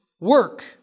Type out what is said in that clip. work